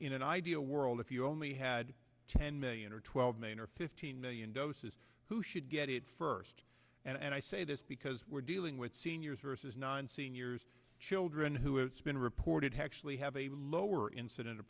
in an ideal world if you only had ten million or twelve million or fifteen million doses who should get it first and i say this because we're dealing with seniors versus nine seniors children who it's been reported have actually have a lower inciden